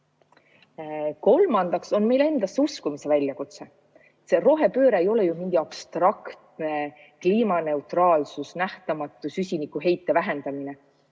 Aitäh! Kolmandaks on meil endasse uskumise väljakutse. Rohepööre ei ole ju mingi abstraktne kliimaneutraalsus, nähtamatu süsinikuheite vähendamine.